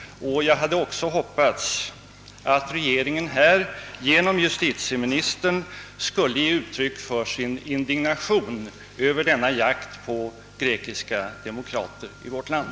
Jag hade också hoppats att regeringen här genom justitieministern skulle ge uttryck för sin indignation över denna jakt på grekiska demokrater i vårt land.